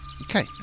Okay